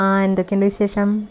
ആ എന്തൊക്കെയുണ്ട് വിശേഷം